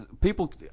people –